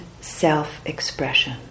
self-expression